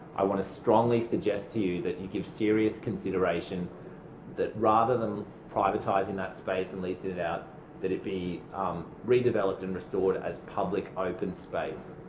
i want to strongly suggest to you that you give serious consideration that rather than privatising that space and leasing it out that it be redeveloped and restored as public open space.